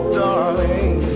darling